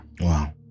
Wow